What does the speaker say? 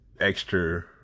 extra